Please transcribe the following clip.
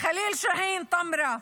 חליל שאהין מטמרה,